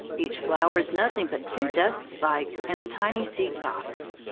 each flower is nothing but two dust-spikes and a tiny seed-box.